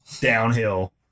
downhill